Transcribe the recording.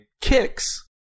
kicks